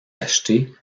acheter